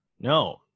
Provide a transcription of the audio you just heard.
no